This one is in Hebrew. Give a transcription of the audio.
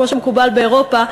כמו שמקובל באירופה,